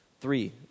Three